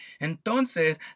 Entonces